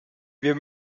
wir